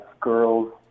girls